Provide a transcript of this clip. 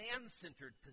man-centered